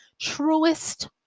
truest